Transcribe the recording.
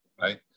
right